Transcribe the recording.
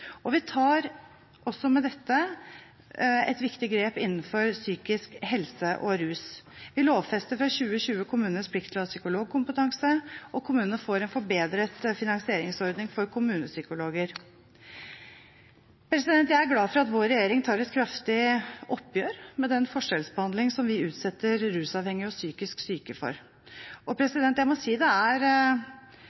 Vi tar også med dette et viktig grep innenfor psykisk helse og rus. Vi lovfester fra 2020 kommunenes plikt til å ha psykologkompetanse, og kommunene får en forbedret finansieringsordning for kommunepsykologer. Jeg er glad for at vår regjering tar et kraftig oppgjør med den forskjellsbehandling som vi utsetter rusavhengige og psykisk syke for. Og jeg må si det er